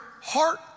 heart